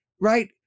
right